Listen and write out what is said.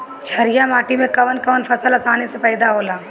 छारिया माटी मे कवन कवन फसल आसानी से पैदा होला?